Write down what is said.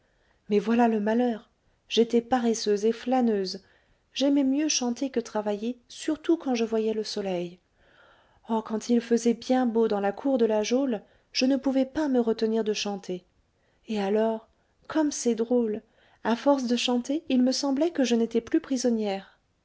mais voilà le malheur j'étais paresseuse et flâneuse j'aimais mieux chanter que travailler surtout quand je voyais le soleil oh quand il faisait bien beau dans la cour de la geôle je ne pouvais pas me retenir de chanter et alors comme c'est drôle à force de chanter il me semblait que je n'étais plus prisonnière